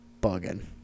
bugging